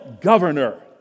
governor